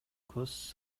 көз